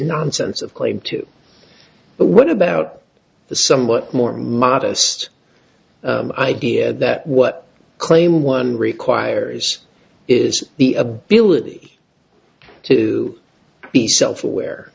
nonsense of claim to but what about the somewhat more modest idea that what claim one requires is the ability to be self aware